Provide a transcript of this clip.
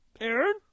Aaron